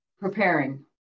preparing